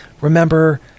remember